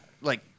Like-